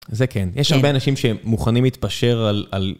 זה כן. יש הרבה אנשים שמוכנים להתפשר על, על...